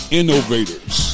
innovators